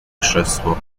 krzesło